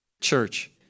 Church